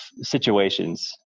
situations